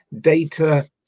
data